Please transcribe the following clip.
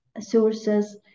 sources